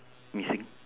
missing